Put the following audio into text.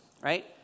right